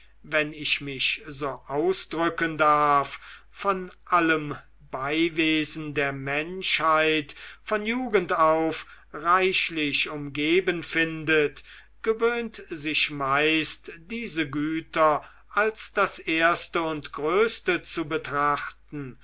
wenn ich mich so ausdrücken darf von allem beiwesen der menschheit von jugend auf reichlich umgeben findet gewöhnt sich meist diese güter als das erste und größte zu betrachten